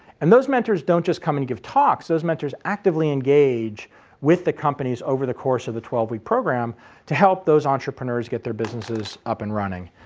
and those mentors don't just come and give talks. those mentors actively engage with the companies over the course of the twelve week program to help those entrepreneurs get their businesses up and running.